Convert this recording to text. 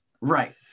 right